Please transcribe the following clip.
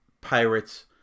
pirates